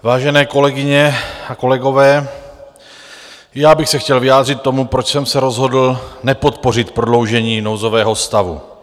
Vážené kolegyně a kolegové, i já bych se chtěl vyjádřit k tomu, proč jsem se rozhodl nepodpořit prodloužení nouzového stavu.